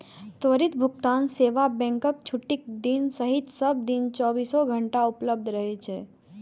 त्वरित भुगतान सेवा बैंकक छुट्टीक दिन सहित सब दिन चौबीसो घंटा उपलब्ध रहै छै